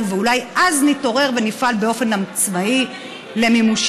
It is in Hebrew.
ואולי אז נתעורר ונפעל באופן עצמאי למימושן.